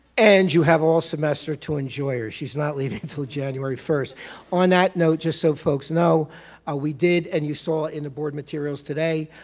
and you have all semester to enjoy her she's not leaving until january first on that note just so folks know ah we did and you saw in the board materials today